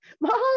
mom